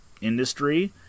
industry